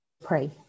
pray